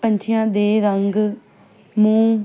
ਪੰਛੀਆਂ ਦੇ ਰੰਗ ਮੂੰਹ